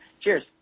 Cheers